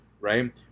right